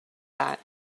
that